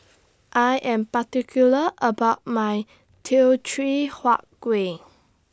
I Am particular about My Teochew Huat Kueh